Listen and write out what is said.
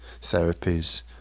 therapies